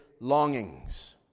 longings